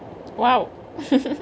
!wow!